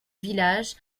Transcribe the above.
village